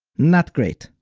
not great,